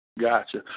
Gotcha